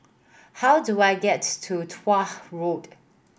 how do I get to Tuah Road